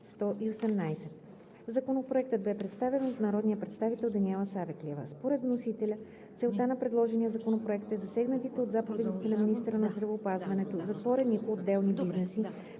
Законопроектът бе представен от народния представител Даниела Савеклиева. Според вносителя целта на предложения законопроект е засегнатите от заповедите на министъра на здравеопазването затворени отделни бизнеси